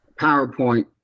powerpoint